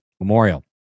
Memorial